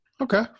Okay